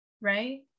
right